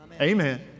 Amen